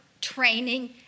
training